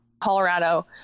Colorado